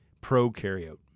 prokaryote